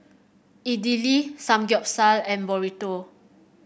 Idili Samgeyopsal and Burrito